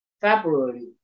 February